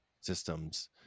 systems